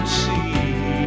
see